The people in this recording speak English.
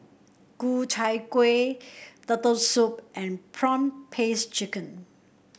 Ku Chai Kueh Turtle Soup and prawn paste chicken